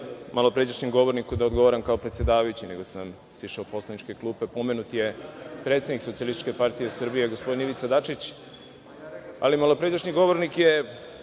malopređašnjem govorniku da odgovaram kao predsedavajući, nego sam sišao u poslaničke klupe. Pomenut je predsednik Socijalističke partije Srbije, gospodin Ivica Dačić. Malopređašnji govornik je